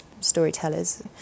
storytellers